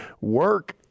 Work